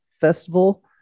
festival